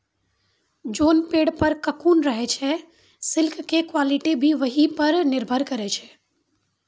जोन पेड़ पर ककून रहै छे सिल्क के क्वालिटी भी वही पर निर्भर करै छै